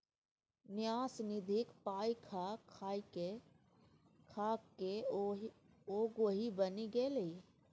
न्यास निधिक पाय खा खाकए ओ गोहि बनि गेलै